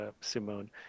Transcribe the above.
Simone